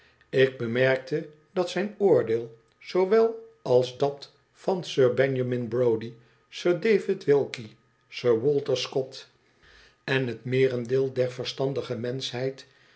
ik bemerkte dat zijn oordeel zoowel als dat van sir benjamin br o die s ir david wil k ie sir w alter scott en het me erend e el der verstandige menschhcid